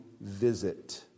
visit